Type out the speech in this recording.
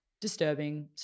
disturbing